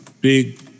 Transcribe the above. big